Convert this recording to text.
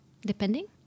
depending